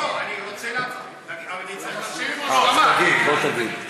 לא, אני רוצה, אז תגיד, בוא תגיד.